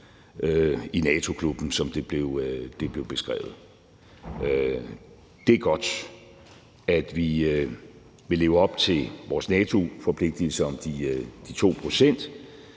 i NATO-klubben, som det blev beskrevet. Det er godt, at vi vil leve op til vores NATO-forpligtigelser om de 2 pct.,